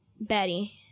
Betty